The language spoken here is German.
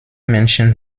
menschen